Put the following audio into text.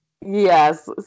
Yes